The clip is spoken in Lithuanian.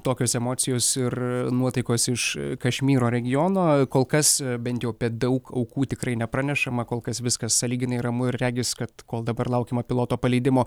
tokios emocijos ir nuotaikos iš kašmyro regiono kol kas bent jau apie daug aukų tikrai nepranešama kol kas viskas sąlyginai ramu ir regis kad kol dabar laukiama piloto paleidimo